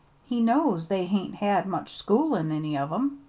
he knows they hain't had much schooling any of em,